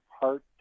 heart